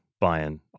buying